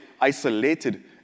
isolated